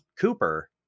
Cooper